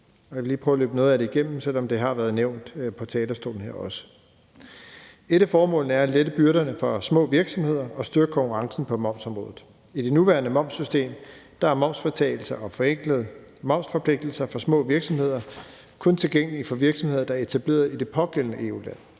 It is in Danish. jeg vil lige prøve at løbe noget af det igennem, selv om det har været nævnt på talerstolen her. Et af formålene er at lette byrderne for små virksomheder og styrke konkurrencen på momsområdet. I det nuværende momssystem er momsfritagelse og forenklede momsforpligtelser for små virksomheder kun tilgængelige for virksomheder, der er etableret i det pågældende EU-land.